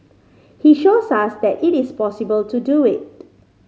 he shows us that it is possible to do it